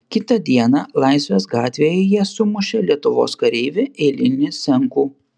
kitą dieną laisvės gatvėje jie sumušė lietuvos kareivį eilinį senkų